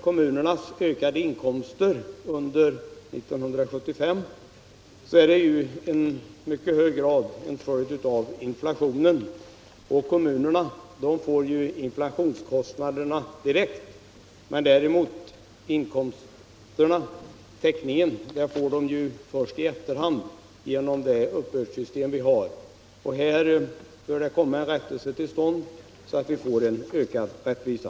Kommunernas ökade inkomster under 1975 är i mycket hög grad en följd av inflationen. Kommunerna får ju inflationskostnaderna direkt, men täckningen får de först i efterhand genom det uppbördssystem vi har. Här bör en rättelse komma till stånd, så att vi får ökad rättvisa.